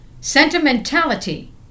Sentimentality